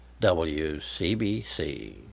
WCBC